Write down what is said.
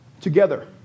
together